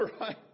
Right